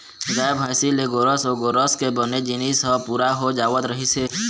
गाय, भइसी ले गोरस अउ गोरस के बने जिनिस ह पूरा हो जावत रहिस हे